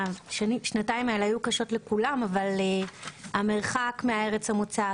השנתיים הללו היו קשות לעולם אבל המרחק מארץ המוצא,